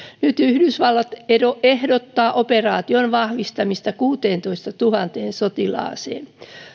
nyt yhdysvallat ehdottaa operaation vahvistamista kuuteentoistatuhanteen sotilaaseen